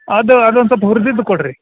ಅದು ಅದೊಂದು ಸ್ವಲ್ಪ ಹುರ್ದಿದ್ದು ಕೊಡಿರಿ